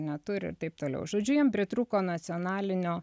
neturi ir taip toliau žodžiu jiem pritrūko nacionalinio